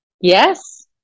Yes